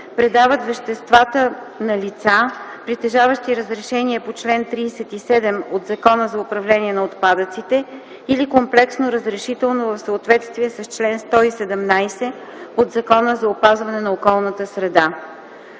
предават веществата на лица, притежаващи разрешение по чл. 37 от Закона за управление на отпадъците или комплексно разрешително в съответствие с чл. 117 от Закона за опазване на околната среда.”